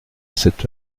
cette